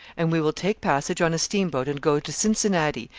and we will take passage on a steamboat and go to cincinnati,